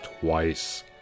twice